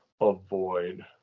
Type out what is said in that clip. avoid